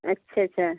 अच्छा अच्छा